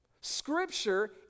Scripture